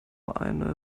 eine